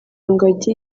ngagi